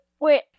wait